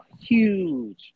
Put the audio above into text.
huge